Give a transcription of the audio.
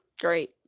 Great